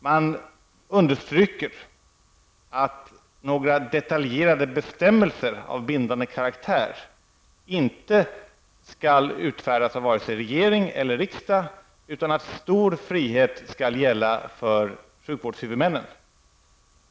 Man understryker att några detaljerade bestämmelser av bindande karaktär inte skall utfärdas av vare sig regering eller riksdag, utan att stor frihet skall gälla för sjukvårdshuvudmännen.